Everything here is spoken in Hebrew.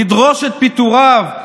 לדרוש את פיטוריו,